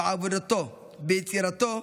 בעבודתו, ביצירתו,